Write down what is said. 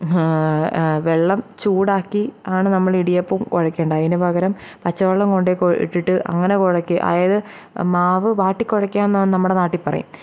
വെള്ളം ചൂടാക്കി ആണ് നമ്മൾ ഇടിയപ്പം കുഴയ്ക്കേണ്ടെ അതിനു പകരം പച്ച വെള്ളം കൊണ്ടു പോയി കൊ ഇട്ടിട്ട് അങ്ങനെ കുഴയ്ക്ക് അതായതു മാവു വാട്ടി കുഴക്കുക എന്നാണ് നമ്മുടെ നാട്ടിൽ പറയും